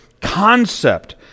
concept